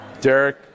Derek